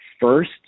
first